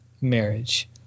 marriage